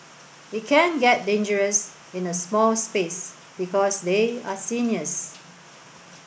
it can get dangerous in a small space because they are seniors